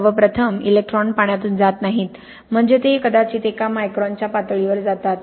सर्वप्रथम इलेक्ट्रॉन पाण्यातून जात नाहीत म्हणजे ते कदाचित एका मायक्रॉनच्या पातळीवर जातात